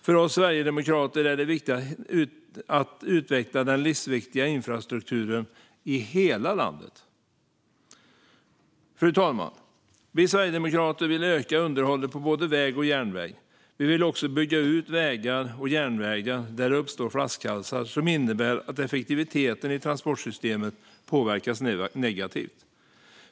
För oss sverigedemokrater är det viktigt att utveckla den livsviktiga infrastrukturen i hela landet. Vi vill öka underhållet av både väg och järnväg. Vi vill också bygga ut vägar och järnvägar där det uppstår flaskhalsar som innebär att effektiviteten i transportsystemet påverkas negativt.